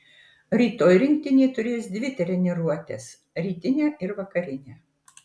rytoj rinktinė turės dvi treniruotes rytinę ir vakarinę